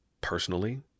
personally